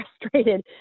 frustrated